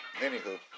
Anywho